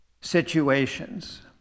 situations